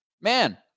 Man